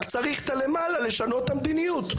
רק צריך למעלה לשנות את המדיניות,